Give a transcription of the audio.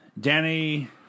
Danny